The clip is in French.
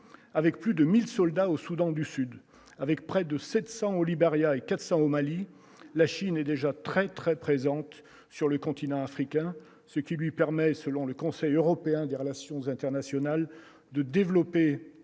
avec plus de 1000 soldats au Soudan du Sud, avec près de 700 au Libéria et 400 au Mali, la Chine est déjà très très présente sur le continent africain, ce qui lui permet, selon le Conseil européen des relations internationales de développer